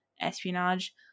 espionage